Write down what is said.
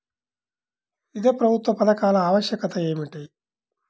వివిధ ప్రభుత్వా పథకాల ఆవశ్యకత ఏమిటి?